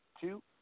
two